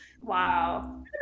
wow